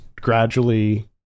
gradually